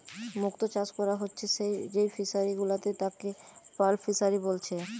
মুক্ত চাষ কোরা হচ্ছে যেই ফিশারি গুলাতে তাকে পার্ল ফিসারী বলছে